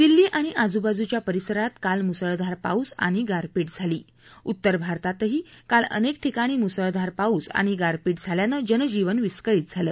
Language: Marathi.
दिल्ली आणि आजुबाजुच्या परिसरात काल मुसळधार पाऊस आणि गारपीट झाली उत्तर भारतातीही काल अनेक ठिकाणी मुसळधार पाऊस आणि गारपीट झाल्यानं जनजीवन विस्कळीत झालं